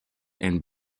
and